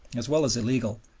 as well as illegal,